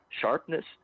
sharpness